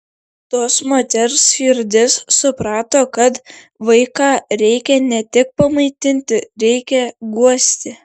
tos moters širdis suprato kad vaiką reikia ne tik pamaitinti reikia guosti